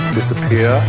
disappear